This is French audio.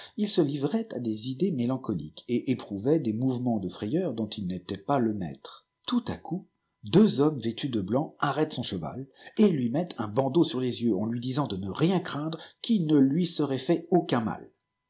il se livrait à des idées mélancohques et éprouvait des mouvements de frayeur dont il n'était pas le maître tout à coup deux hommes vêtus de blanc arrêtent son cheval et lui mettent un bandeau sur les yeux en lui disant de ne rien craindre qu'il ne lui serait fait aucun mal